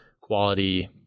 quality